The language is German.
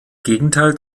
gegenteil